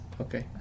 Okay